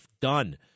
done